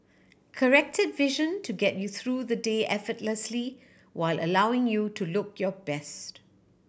corrected vision to get you through the day effortlessly while allowing you to look your best